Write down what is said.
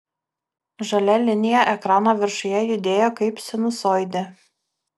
žalia linija ekrano viršuje judėjo kaip sinusoidė